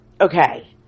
Okay